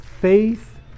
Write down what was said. faith